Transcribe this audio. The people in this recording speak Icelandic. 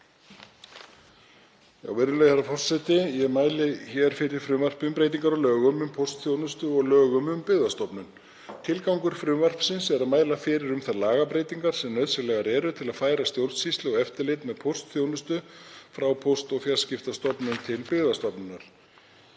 Virðulegur forseti. Ég mæli fyrir frumvarpi um breytingar á lögum um póstþjónustu og lögum um Byggðastofnun. Tilgangur frumvarpsins er að mæla fyrir um þær lagabreytingar sem nauðsynlegar eru til að færa stjórnsýslu og eftirlit með póstþjónustu frá Póst- og fjarskiptastofnun til Byggðastofnunar.